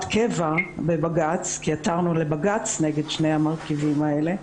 קבע" בבג"ץ כי עתרנו לבג"ץ נגד שני המרכיבים האלה,